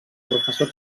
professor